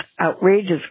outrageous